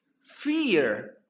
fear